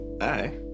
Hi